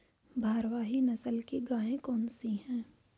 भारवाही नस्ल की गायें कौन सी हैं?